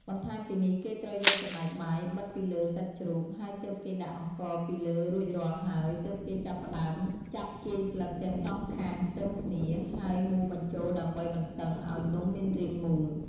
បន្ថែមពីនេះគេត្រូវយកសណ្ដែកបាយបិតពីលើសាច់ជ្រូក ហើយទើបគេដាក់អង្ករពីលើរួចរាល់ហើយ ទើបគេចាប់ផ្តើមចាប់ជាយស្លឹកទាំងសងខាងផ្អឹបគ្នា ហើយមូរបញ្ចូលដើម្បីបន្តឹងឱ្យនំមានរាងមូល។